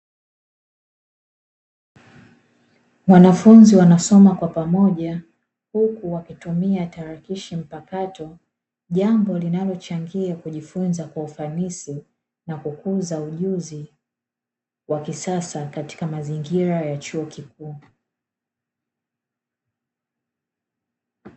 Wanafunzi wanasoma kwa pamoja huku wakitumia tarakishi mpakato, jambo linalochangia kujifunza kwa ufanisi na kukuza ujuzi wa kisasa katika mazingira ya chuo kikuu.